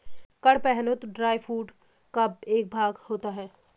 कड़पहनुत dry food का एक भाग होता है